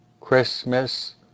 Christmas